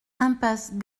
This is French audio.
impasse